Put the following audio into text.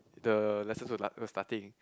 the lesson were la~ was starting